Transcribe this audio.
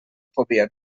podia